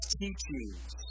teachings